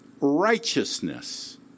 righteousness